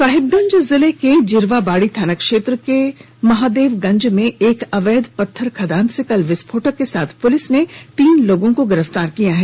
साहिबगंज जिले के जीरवाबाडी ओपी क्षेत्र रिथत महादेवगंज में एक अवैध पत्थर खदान से कल विस्फोटक के साथ पुलिस ने तीन लोगों को गिरफ्तार किया है